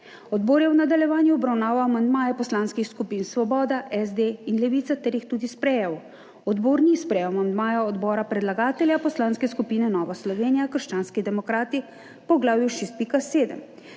Odbor je v nadaljevanju obravnaval amandmaje poslanskih skupin Svoboda, SD in Levica ter jih tudi sprejel. Odbor ni sprejel amandmajev odbora predlagatelja Poslanske skupine Nova Slovenija – krščanski demokrati k poglavju 6.7.